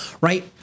right